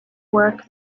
work